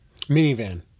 Minivan